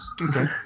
Okay